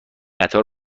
قطار